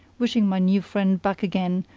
wishing my new friend back again,